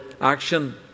action